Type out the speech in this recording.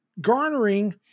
garnering